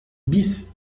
bis